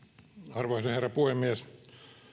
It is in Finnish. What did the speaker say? arvoisa herra puhemies